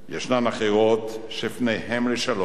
ישנן אחרות שפניהן לשלום,